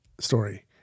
story